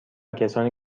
کسانی